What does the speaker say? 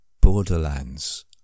borderlands